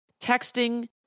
texting